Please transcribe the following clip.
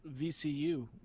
VCU